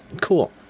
cool